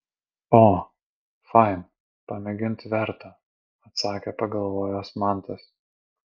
o fain pamėginti verta atsakė pagalvojęs mantas